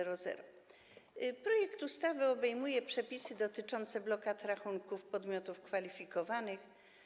Projekt ustawy obejmuje przepisy dotyczące blokad rachunków podmiotów kwalifikowanych.